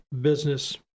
Business